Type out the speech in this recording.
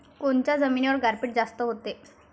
कोनच्या जमिनीवर गारपीट जास्त व्हते?